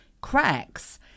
cracks